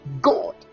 god